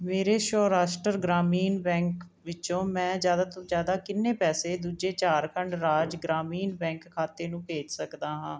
ਮੇਰੇ ਸ਼ੌਰਾਸ਼ਟਰ ਗ੍ਰਾਮੀਣ ਬੈਂਕ ਵਿੱਚੋਂ ਮੈਂ ਜ਼ਿਆਦਾ ਤੋਂ ਜ਼ਿਆਦਾ ਕਿੰਨੇ ਪੈਸੇ ਦੂਜੇ ਝਾਰਖੰਡ ਰਾਜ ਗ੍ਰਾਮੀਣ ਬੈਂਕ ਖਾਤੇ ਨੂੰ ਭੇਜ ਸਕਦਾ ਹਾਂ